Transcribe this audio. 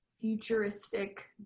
futuristic